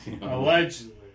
Allegedly